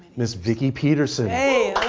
ms. vicki peterson. hey.